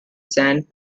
sand